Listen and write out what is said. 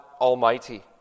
Almighty